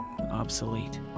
obsolete